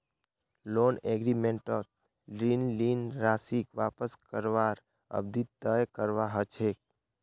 loan एग्रीमेंटत ऋण लील राशीक वापस करवार अवधि तय करवा ह छेक